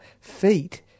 feet